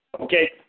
Okay